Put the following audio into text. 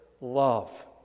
love